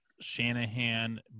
Shanahan